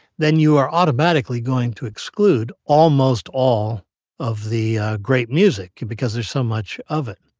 then you are automatically going to exclude almost all of the great music because there's so much of it.